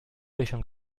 löchern